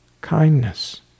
kindness